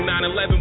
9-11